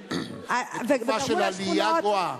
בתקופה של עלייה גואה.